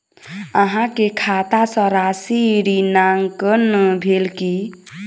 अहाँ के खाता सॅ राशि ऋणांकन भेल की?